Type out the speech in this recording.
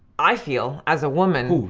i feel as a woman.